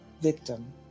victim